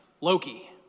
Loki